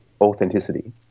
authenticity